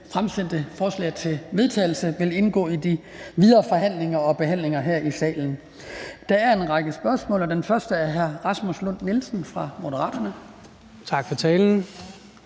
fremsatte forslag til vedtagelse vil indgå i de videre forhandlinger og behandlinger her i salen. Der er en række spørgsmål, og det første er fra hr. Rasmus Lund-Nielsen fra Moderaterne. Kl.